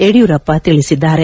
ಯಡಿಯೂರಪ್ಪ ತಿಳಿಸಿದ್ದಾರೆ